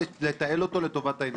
לתעל אותו לטובת העניין הזה,